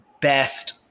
best